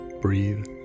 breathe